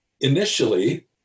initially